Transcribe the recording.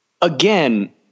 Again